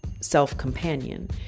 self-companion